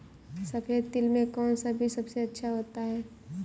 सफेद तिल में कौन सा बीज सबसे अच्छा होता है?